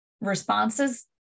responses